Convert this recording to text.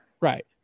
Right